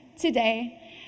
today